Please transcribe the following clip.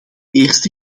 eerste